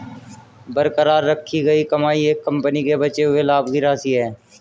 बरकरार रखी गई कमाई एक कंपनी के बचे हुए लाभ की राशि है